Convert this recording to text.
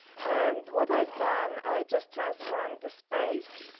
and what i've done, i just transformed the space.